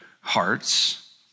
hearts